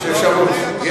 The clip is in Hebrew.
על אותו חוק